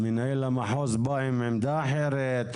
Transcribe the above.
מנהל המחוז בא עם עמדה אחרת?